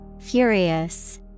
furious